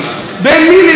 בין מי למי?